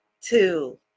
Two